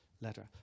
letter